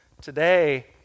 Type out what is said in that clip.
today